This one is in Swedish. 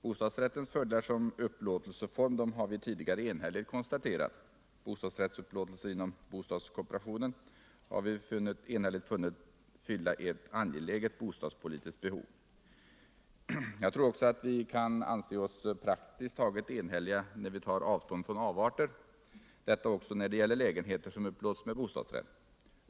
Bostadsrättens fördelar som upplåtelseform har vi tidigare enhälligt konstaterat. Bostadsrättsupplåtelser inom bostadskooperationens ram har vi också enhälligt funnit fylla ett angeläget bostadspolitiskt behov. Jag tror också att vi kan anse oss praktiskt taget enhälliga när vi tar avstånd från avarter — detta också när det gäller lägenheter som upplåts med bostadsrätt.